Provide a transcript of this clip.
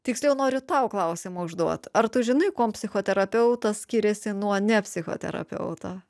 tiksliau noriu tau klausimą užduot ar tu žinai kuom psichoterapeutas skiriasi nuo ne psichoterapeuto